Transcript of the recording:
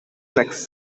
next